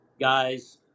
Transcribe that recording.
guys